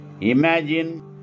imagine